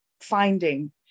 finding